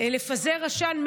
לפזר עשן,